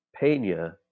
Pena